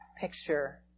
picture